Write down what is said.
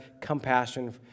compassion